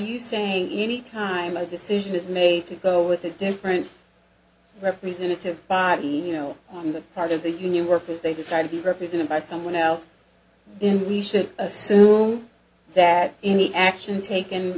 you saying any time a decision is made to go with a different representative by you know on the part of the union workers they decide to be represented by someone else and we should assume that any action taken